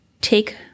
take